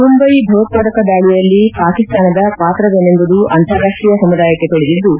ಮುಂಬೈ ಭಯೋತ್ವಾದಕ ದಾಳಿಯಲ್ಲಿ ಪಾಕಿಸ್ತಾನದ ಪಾತ್ರವೇನೆಂಬುದು ಅಂತಾರಾಷ್ಟೀಯ ಸಮುದಾಯಕ್ಕೆ ತಿಳಿದಿದ್ದು